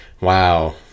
wow